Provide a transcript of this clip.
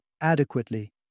adequately